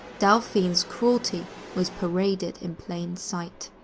delphine's cruelty was paraded in plain sight.